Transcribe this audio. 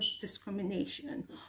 discrimination